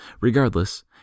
Regardless